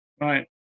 Right